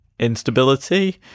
instability